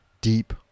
Deep